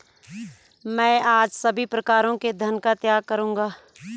मैं आज सभी प्रकारों के धन का त्याग करूंगा